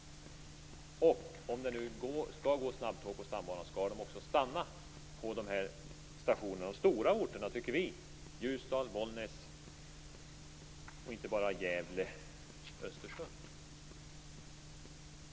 Och om det nu skall gå snabbtåg på Stambanan, skall de då också stanna på de här stationerna, de här, som vi tycker, stora orterna, dvs. i Ljusdal och Bollnäs och inte bara i Gävle och Östersund?